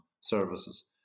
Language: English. services